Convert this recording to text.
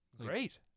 Great